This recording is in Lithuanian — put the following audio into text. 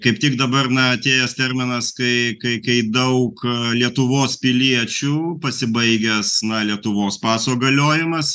kaip tik dabar na atėjęs terminas kai kai kai daug lietuvos piliečių pasibaigęs na lietuvos paso galiojimas